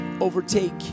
overtake